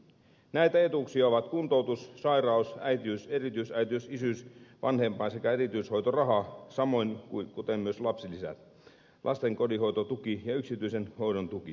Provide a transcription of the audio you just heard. näitä etuuksia ovat kuntoutus sairaus äitiys erityisäitiys isyys vanhempain sekä erityishoitoraha samoin kuin lapsilisät lasten kotihoidon tuki ja yksityisen hoidon tuki